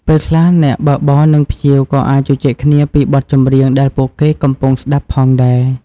ពេលខ្លះ អ្នកបើកបរនិងភ្ញៀវក៏អាចជជែកគ្នាពីបទចម្រៀងដែលពួកគេកំពុងស្តាប់ផងដែរ។